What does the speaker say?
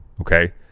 okay